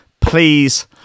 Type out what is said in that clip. please